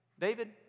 David